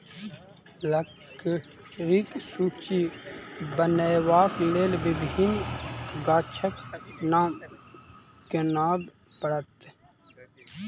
लकड़ीक सूची बनयबाक लेल विभिन्न गाछक नाम गनाब पड़त